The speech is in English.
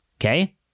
okay